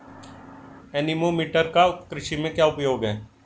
Anemometer का कृषि में क्या उपयोग है?